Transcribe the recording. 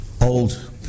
old